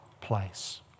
place